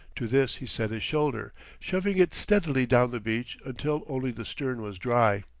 to this he set his shoulder, shoving it steadily down the beach until only the stern was dry.